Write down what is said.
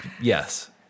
yes